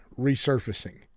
resurfacing